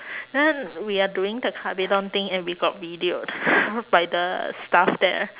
uh we are doing the kabedon thing and we got videoed by the staff there